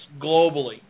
globally